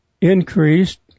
increased